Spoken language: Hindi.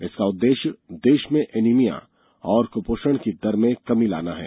इसका उद्देष्य देष में एनीमिया और क्पोषण की दर में कमी लाना है